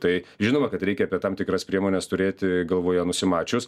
tai žinoma kad reikia apie tam tikras priemones turėti galvoje nusimačius